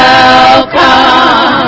Welcome